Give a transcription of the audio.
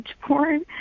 porn